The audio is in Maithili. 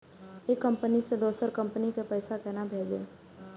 एक कंपनी से दोसर कंपनी के पैसा केना भेजये?